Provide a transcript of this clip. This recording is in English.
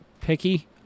picky